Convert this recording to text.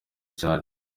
cyane